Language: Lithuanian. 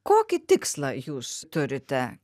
kokį tikslą jūs turite